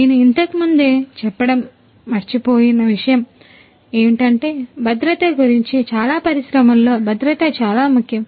నేను ఇంతకు ముందే చెప్పడం మర్చిపోయిన మరో విషయం ఏమిటంటే భద్రత గురించి చాలా పరిశ్రమలలో భద్రత చాలా ముఖ్యం